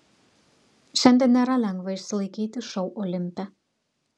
šiandien nėra lengva išsilaikyti šou olimpe